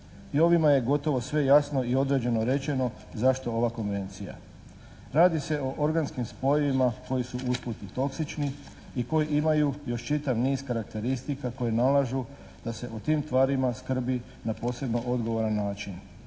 I ovime je gotovo sve jasno i određeno rečeno zašto ova konvencija. Radi se o organskim spojevima koji su usput i toksični i koji imaju još čitav niz karakteristika koje nalažu da se o tim tvarima skrbi na posebno odgovoran način